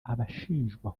abashinjwa